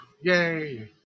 yay